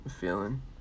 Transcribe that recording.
feeling